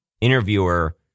interviewer